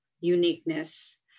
uniqueness